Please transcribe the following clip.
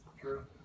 True